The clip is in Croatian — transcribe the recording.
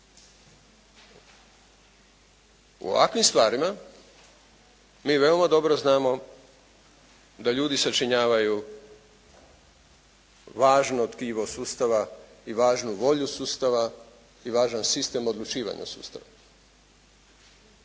U ovakvim stvarima mi veoma dobro znamo da ljudi sačinjavaju važno tkivo sustava i važnu volju sustava i važan sistem odlučivanja sustava